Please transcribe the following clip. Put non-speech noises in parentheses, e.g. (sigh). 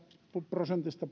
prosentista (unintelligible)